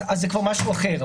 זה כבר משהו אחר.